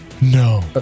no